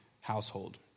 household